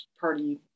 party